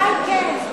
התשובה היא כן.